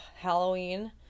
halloween